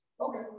okay